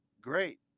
Great